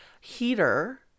heater